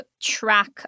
track